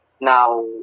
Now